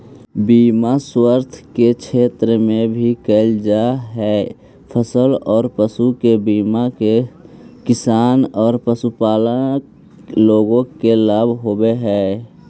बीमा स्वास्थ्य के क्षेत्र में भी कैल जा हई, फसल औ पशु के बीमा से किसान औ पशुपालक लोग के लाभ होवऽ हई